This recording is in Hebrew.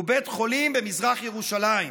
הוא בית חולים במזרח ירושלים.